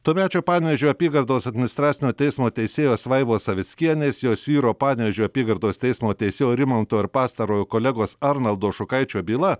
tuomečio panevėžio apygardos administracinio teismo teisėjos vaivos savickienės jos vyro panevėžio apygardos teismo teisėjo rimanto ir pastarojo kolegos arnoldo šukaičio byla